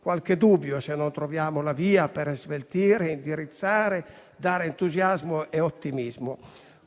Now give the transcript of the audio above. qualche dubbio, se non troviamo la via per sveltire, indirizzare e dare entusiasmo e ottimismo.